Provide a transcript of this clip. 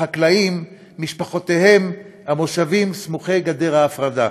החקלאים, משפחותיהם, המושבים סמוכי גדר ההפרדה.